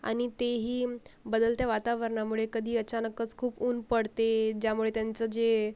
आणि तेही बदलत्या वातावरणामुळे कधी अचानकच खूप ऊन पडते ज्यामुळे त्यांचं जे